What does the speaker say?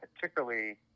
particularly